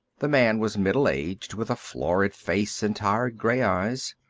the man was middle-aged, with a florid face and tired, grey eyes.